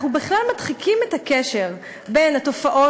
אנחנו בכלל מדחיקים את הקשר בין התופעות